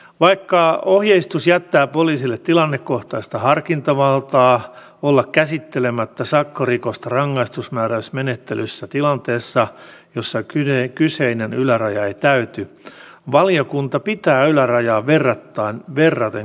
vaikka ohjeistus jättää poliisille tilannekohtaista harkintavaltaa olla käsittelemättä sakkorikosta rangaistusmääräysmenettelyssä tilanteessa jossa kyseinen yläraja ei täyty valiokunta pitää ylärajaa verraten korkeana